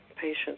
patients